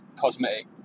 cosmetic